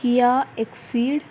Kia exceed